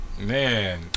Man